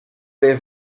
les